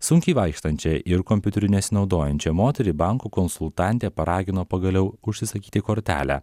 sunkiai vaikštančią ir kompiuteriu nesinaudojančią moterį banko konsultantė paragino pagaliau užsisakyti kortelę